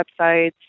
websites